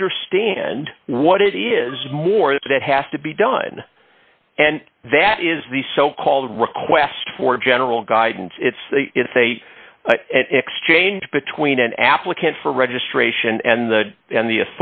understand what it is more that it has to be done and that is the so called request for general guidance it's if they exchange between an applicant for registration and the and the